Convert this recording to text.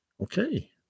Okay